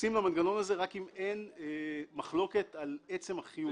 שנכנסים למנגנון הזה רק אם אין מחלוקת על עצם החיוב,